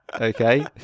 okay